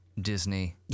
Disney